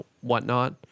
whatnot